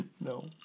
No